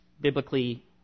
biblically